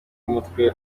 umutwe